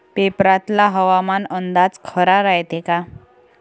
पेपरातला हवामान अंदाज खरा रायते का?